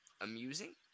amusing